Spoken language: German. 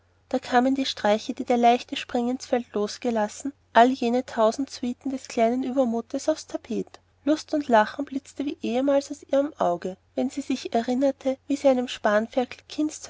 da kamen alle die streiche die der leichte springinsfeld losgelassen alle jene tausend suiten des kleinen übermuts aufs tapet lust und lachen blitzte wie ehemals aus ihrem auge wenn sie sich erinnerte wie sie einem spanferkel